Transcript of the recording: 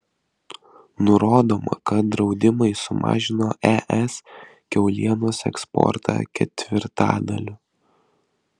nurodoma kad draudimai sumažino es kiaulienos eksportą ketvirtadaliu